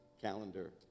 calendar